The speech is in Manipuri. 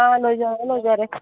ꯑꯥ ꯂꯣꯏꯖꯔꯦ ꯂꯣꯏꯖꯔꯦ